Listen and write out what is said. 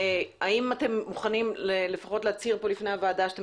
האם אתם מוכנים לפחות להצהיר פה בפני הוועדה שאתם